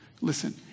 Listen